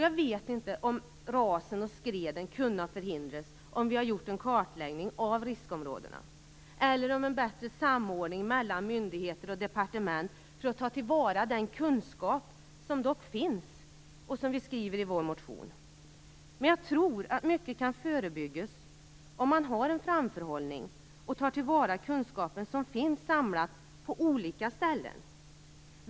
Jag vet inte om rasen och skreden hade kunnat förhindras om vi hade gjort en kartläggning av riskområdena eller om det hade funnits en bättre samordning mellan myndigheter och departement, så att man hade kunnat ta till vara den kunskap som dock finns och som vi skriver om i vår motion. Men jag tror att mycket kan förebyggas om man har en framförhållning och tar till vara den kunskap som finns samlad på olika ställen.